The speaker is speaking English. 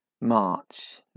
March